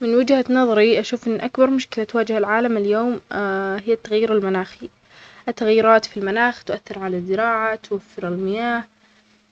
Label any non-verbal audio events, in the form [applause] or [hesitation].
من وجهة نظرى أشوف أن أكبر مشكلة تواجه العالم اليوم [hesitation] هى التغيير المناخى، التغيرات في المناخ ثؤثر على الزراعة توفر المياة